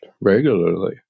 regularly